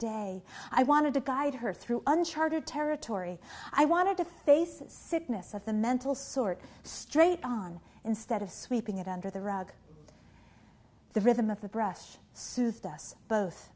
day i wanted to guide her through uncharted territory i wanted to faces sickness of the mental sort straight on instead of sweeping it under the rug the rhythm of the brush soothed us both